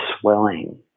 swelling